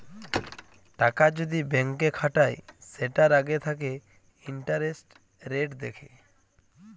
টাকা যদি ব্যাংকে খাটায় সেটার আগে থাকে ইন্টারেস্ট রেট দেখে